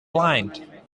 blind